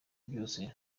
vyose